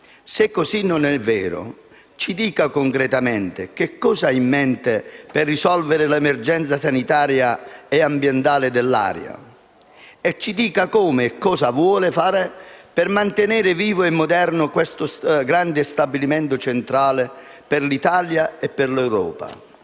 Se così non è, ci dica concretamente che cosa ha in mente per risolvere l'emergenza sanitaria e ambientale dell'area. Ci dica come e cosa vuole fare per mantenere vivo e moderno questo grande stabilimento centrale per l'Italia e l'Europa.